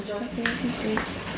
okay thank you